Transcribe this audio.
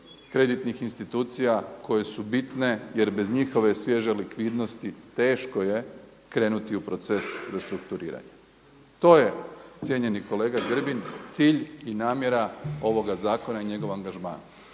kreditnih institucija koje su bitne jer bez njihove svježe likvidnosti teško je krenuti u proces restrukturiranja. To je cijenjeni kolega Grbin cilj i namjera ovoga zakona i njegova angažmana.